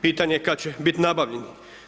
Pitanje je kad će bit nabavljeni.